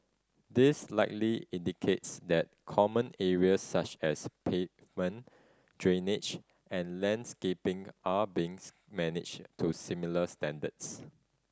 this likely indicates that common areas such as pavement drainage and landscaping are being managed to similar standards